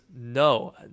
No